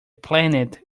planet